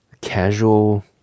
casual